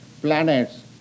planets